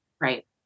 Right